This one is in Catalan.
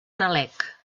nalec